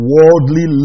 Worldly